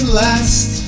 last